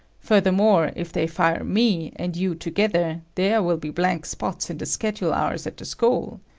furthermore, if they fire me and you together, there will be blank spots in the schedule hours at the school.